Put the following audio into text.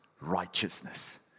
righteousness